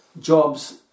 Jobs